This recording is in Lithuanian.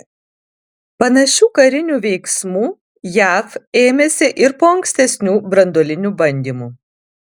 panašių karinių veiksmų jav ėmėsi ir po ankstesnių branduolinių bandymų